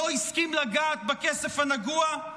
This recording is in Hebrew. לא הסכים לגעת בכסף הנגוע?